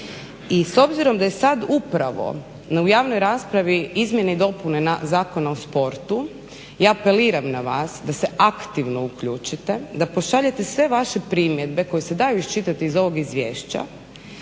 I s obzirom da je sad upravo u javnoj raspravi izmjene i dopune Zakona o sportu ja apeliram na vas da se aktivno uključite, da pošaljete sve vaše primjedbe koje se daju iščitati iz ovog izvješća